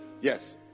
Yes